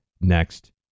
next